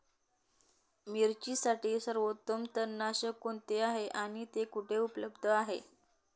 मिरचीसाठी सर्वोत्तम तणनाशक कोणते आहे आणि ते कुठे उपलब्ध आहे?